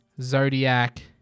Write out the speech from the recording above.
Zodiac